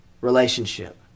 Relationship